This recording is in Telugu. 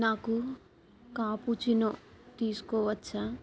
నాకు కాపుచినో తీసుకోవచ్చా